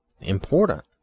important